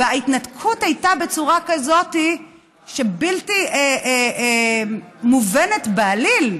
וההתנתקות הייתה בצורה כזאת, בלתי מובנת בעליל.